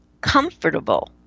comfortable